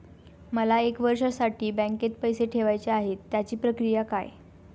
मला एक वर्षासाठी बँकेत पैसे ठेवायचे आहेत त्याची प्रक्रिया काय?